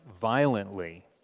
violently